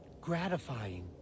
gratifying